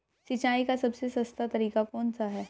सिंचाई का सबसे सस्ता तरीका कौन सा है?